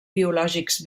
biològics